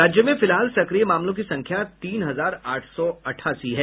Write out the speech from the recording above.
राज्य में फिलहाल सक्रिय मामलों की संख्या तीन हजार आठ सौ अठासी है